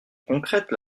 concrète